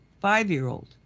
five-year-old